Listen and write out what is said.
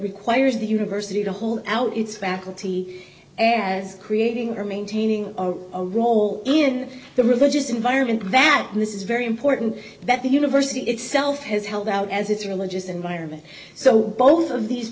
requires the university to hold out its faculty and creating or maintaining a role in the religious environment that this is very important that the university itself has held out as its religious environment so both of these